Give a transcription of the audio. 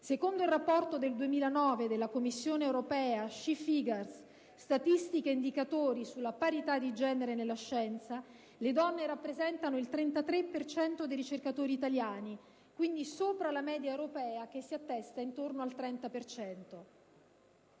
Secondo il Rapporto del 2009 della Commissione europea «*She Figures* - Statistiche e indicatori sulla parità di genere nella scienza», le donne rappresentano il 33 per cento dei ricercatori italiani, dunque una media superiore a quella europea che si attesta, invece, al 30